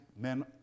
men